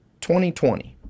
2020